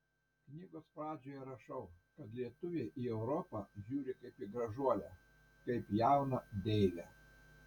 knygos pradžioje rašau kad lietuviai į europą žiūri kaip į gražuolę kaip jauną deivę